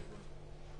משפט סיום.